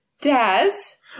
Daz